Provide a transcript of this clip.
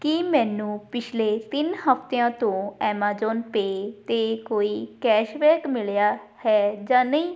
ਕੀ ਮੈਨੂੰ ਪਿਛਲੇ ਤਿੰਨ ਹਫਤਿਆਂ ਤੋਂ ਐਮਾਜ਼ੋਨ ਪੇ 'ਤੇ ਕੋਈ ਕੈਸ਼ਬੈਕ ਮਿਲਿਆ ਹੈ ਜਾਂ ਨਹੀਂ